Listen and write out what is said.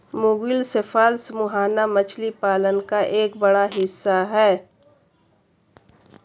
मुगिल cephalus मुहाना मछली पालन का एक बड़ा हिस्सा है